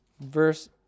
Verse